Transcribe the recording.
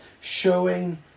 showing